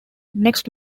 next